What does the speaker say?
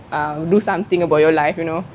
um do something about your life you know